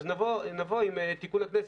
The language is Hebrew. אז נבוא עם תיקון לכנסת.